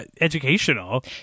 educational